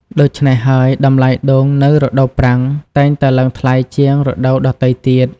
ដូច្នេះហើយ តម្លៃដូងនៅរដូវប្រាំងតែងតែឡើងថ្លៃជាងរដូវដទៃទៀត។